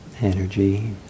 energy